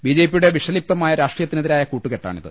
ബിജെപിയുടെ വിഷലിപ്തമായ രാഷ്ട്രീയത്തിനെതിരായ കൂട്ടുകെട്ടാണിത്